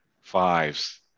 fives